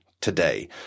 today